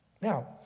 Now